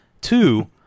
Two